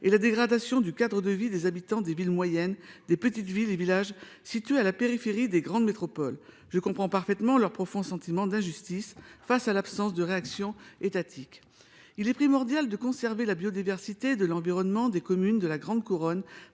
et à la dégradation du cadre de vie des habitants des villes moyennes, des petites villes et des villages situés à la périphérie des grandes métropoles. Je comprends parfaitement leur profond sentiment d'injustice face à l'absence de réaction étatique. Il est primordial de conserver la biodiversité de l'environnement des communes de la grande couronne